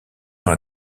dans